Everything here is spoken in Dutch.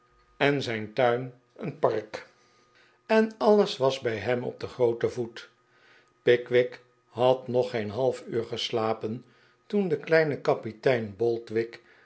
en zijn tuin een de pickwick club park en alles was bij hem op grooten voet pickwick had nog geen half uur geslapen toen de kleine kapitein